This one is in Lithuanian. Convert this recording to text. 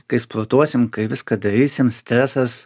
kai sportuosim kai viską darysim stresas